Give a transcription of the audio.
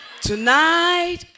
Tonight